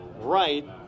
right